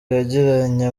yagiranye